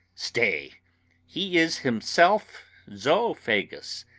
stay he is himself zoophagous,